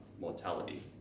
mortality